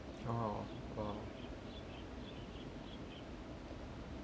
oh !wow!